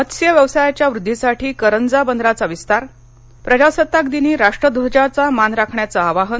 मत्स्य व्यवसायाच्या वृद्धिसाठी करंजा बंदराचा विस्तार प्रजासत्ताक दिनी राष्टरध्वजाचा मान राखण्याचं आवाहन